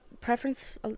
preference